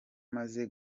maze